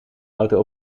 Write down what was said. auto